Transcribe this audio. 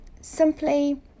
simply